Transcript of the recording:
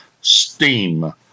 Steam